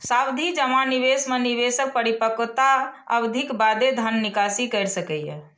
सावधि जमा निवेश मे निवेशक परिपक्वता अवधिक बादे धन निकासी कैर सकैए